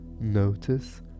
Notice